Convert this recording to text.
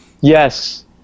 Yes